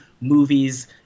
movies